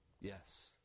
Yes